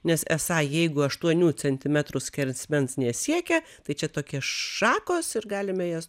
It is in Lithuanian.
nes esą jeigu aštuonių centimetrų skersmens nesiekia tai čia tokie šakos ir galime jas